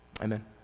Amen